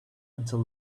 until